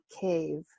cave